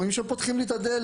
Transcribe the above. רואים שהם פותחים לי את הדלת,